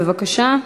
בבקשה.